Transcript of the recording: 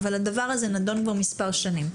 אבל הדבר הזה נדון כבר מספר שנים,